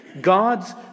God's